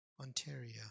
Ontario